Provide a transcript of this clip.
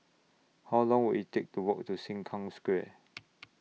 How Long Will IT Take to Walk to Sengkang Square